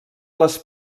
les